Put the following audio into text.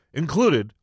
included